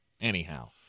Anyhow